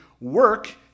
work